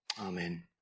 Amen